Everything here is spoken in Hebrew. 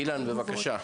אילן, בבקשה.